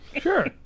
Sure